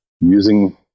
using